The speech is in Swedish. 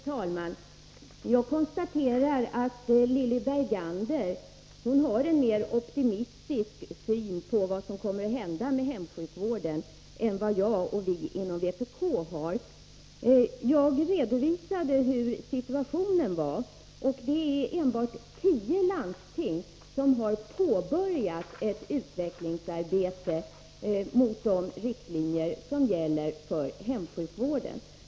Fru talman! Jag konstaterar att Lilly Bergander har en mer optimistiskt syn på vad som kommer att hända med hemsjukvården än vad jag och vi inom vpk har. Jag redovisade hur situationen är. Det är enbart tio landsting som har påbörjat ett utvecklingsarbete i enlighet med de riktlinjer som gäller för hemsjukvården.